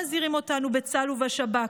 מזהירים אותנו בצה"ל ובשב"כ,